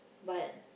but